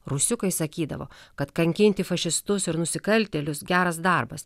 rusiukai sakydavo kad kankinti fašistus ir nusikaltėlius geras darbas